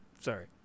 Sorry